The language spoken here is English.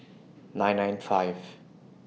nine nine five